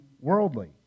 worldly